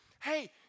Hey